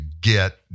get